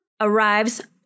arrives